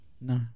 No